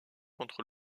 contre